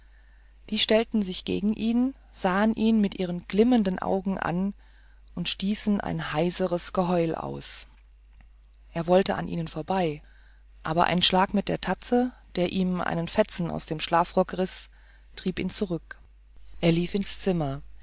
die stellten sich gegen ihn sahen ihn mit ihren glimmenden augen an und stießen ein heiseres geheul aus er wollte an ihnen vorbei aber ein schlag mit der tatze der ihm einen fetzen aus dein schlafrock riß trieb ihn zurück er lief ins zimmer